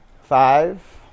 Five